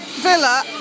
Villa